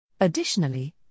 Additionally